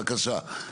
בבקשה.